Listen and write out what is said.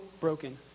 broken